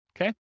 Okay